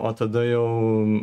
o tada jau